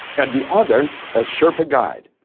and the other, a sherpa guide,